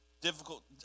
difficult